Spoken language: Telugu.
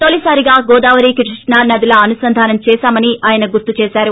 తొలిసారిగా గోదావరి కృష్ణా నదుల అనుంసంధానం చేశామని ఆయన గుర్తుచేశారు